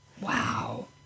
Wow